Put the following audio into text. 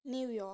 New York